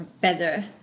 better